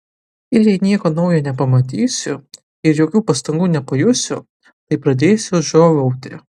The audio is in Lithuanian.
ir jei nieko naujo nepamatysiu ir jokių pastangų nepajusiu tai pradėsiu žiovauti